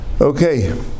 okay